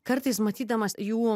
kartais matydamas jų